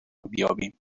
بیابیم